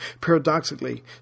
Paradoxically